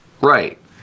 Right